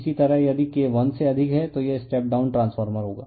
इसी तरह यदि K वन से अधिक है तो यह स्टेप डाउन ट्रांसफार्मर होगा